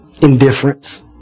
indifference